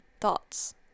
thoughts